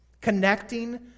Connecting